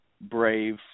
brave